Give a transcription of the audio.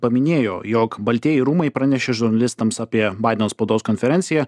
paminėjo jog baltieji rūmai pranešė žurnalistams apie baideno spaudos konferenciją